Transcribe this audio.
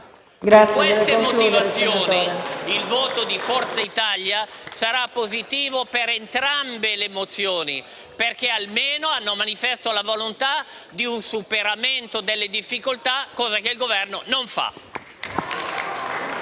Per queste motivazioni, il voto di Forza Italia sarà favorevole ad entrambe le mozioni perché, almeno, hanno manifestato la volontà di un superamento delle difficoltà, cosa che il Governo non fa.